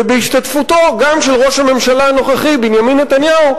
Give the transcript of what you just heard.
ובהשתתפותו גם של ראש הממשלה הנוכחי בנימין נתניהו,